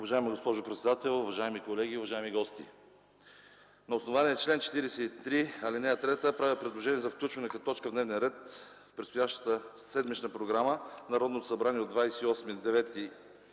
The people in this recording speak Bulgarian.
Уважаема госпожо председател, уважаеми колеги, уважаеми гости! На основание чл. 43, ал. 3 правя предложение за включване като точка в дневния ред в предстоящата седмична програма на Народното събрание от 28